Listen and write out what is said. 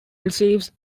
receives